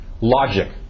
logic